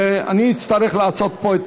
ואני אצטרך לעשות פה את